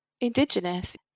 Indigenous